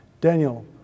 Daniel